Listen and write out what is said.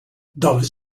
doves